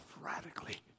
radically